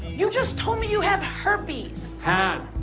you just told me you have herpes. had.